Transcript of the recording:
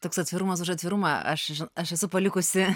toks atvirumas už atvirumą aš ži aš esu palikusi